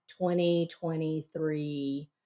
2023